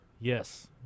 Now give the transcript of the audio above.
Yes